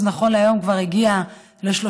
השיעור, נכון להיום, כבר הגיע ל-35%.